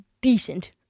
decent